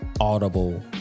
audible